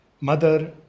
Mother